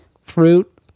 fruit